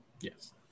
Yes